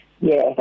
Yes